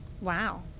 wow